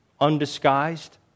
Undisguised